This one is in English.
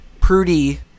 Prudy